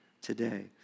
today